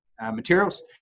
materials